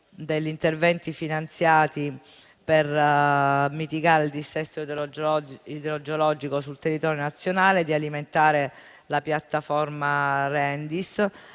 degli interventi finanziati per mitigare il dissesto idrogeologico sul territorio nazionale di alimentare la piattaforma Rendis,